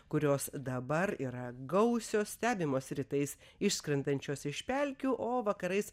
kurios dabar yra gausios stebimos rytais išskrendančios iš pelkių o vakarais